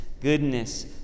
goodness